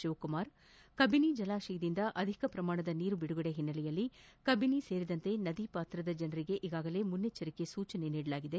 ಶಿವಕುಮಾರ್ ಕಬಿನಿ ಜಲಾಶಯದಿಂದ ಅಧಿಕ ಪ್ರಮಾಣದ ನೀರು ಬಿಡುಗಡೆ ಹಿನ್ತೆಲೆಯಲ್ಲಿ ಕಬಿನಿ ಸೇರಿದಂತೆ ನದಿ ಪಾತ್ರದ ಜನರಿಗೆ ಈಗಾಗಲೇ ಮುನ್ನೆಚ್ಚರಿಕೆ ಸೂಚನೆ ನೀಡಲಾಗಿದೆ